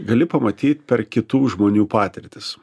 gali pamatyt per kitų žmonių patirtis